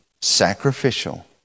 sacrificial